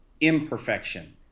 imperfection